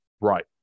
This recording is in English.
Right